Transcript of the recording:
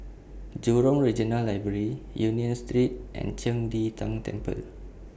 Jurong Regional Library Union Street and Qing De Tang Temple